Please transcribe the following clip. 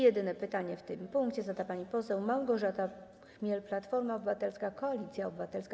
Jedyne pytanie w tym punkcie zada pani poseł Małgorzata Chmiel, Platforma Obywatelska - Koalicja Obywatelska.